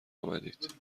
آمدید